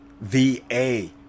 VA